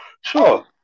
Sure